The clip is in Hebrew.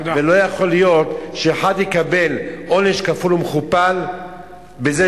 ולא יכול להיות שאחד יקבל עונש כפול ומכופל בזה